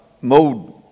mode